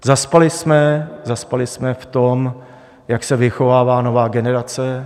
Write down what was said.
Zaspali jsme, zaspali jsme v tom, jak se vychovává nová generace.